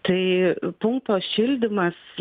tai punkto šildymas